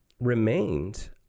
remained